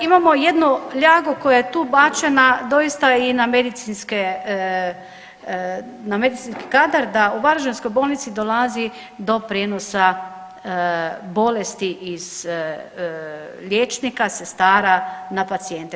Imamo jednu ljagu koja je tu bačena doista i na medicinski kadar da u varaždinskoj bolnici dolazi do prijenosa bolesti iz liječnika, sestara na pacijente.